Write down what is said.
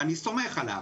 ואני סומך עליו,